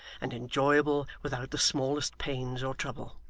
and enjoyable without the smallest pains or trouble.